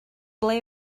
ble